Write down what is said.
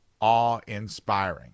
awe-inspiring